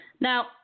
Now